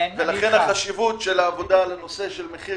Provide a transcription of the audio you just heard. לכן החשיבות של העבודה על הנושא של מחיר